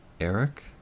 Eric